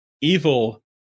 evil